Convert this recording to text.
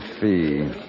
fee